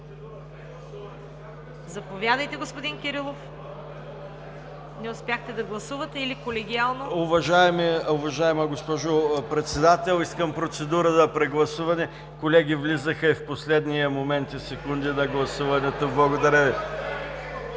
Заповядайте, господин Кирилов. Не успяхте да гласувате или колегиално? ДАНАИЛ КИРИЛОВ (ГЕРБ): Уважаема госпожо Председател, искам процедура по прегласуване – колеги влизаха и в последните секунди на гласуването. Благодаря Ви.